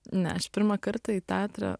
ne aš pirmą kartą į teatrą